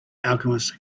alchemist